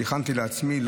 שהכנתי לעצמי,